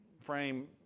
frame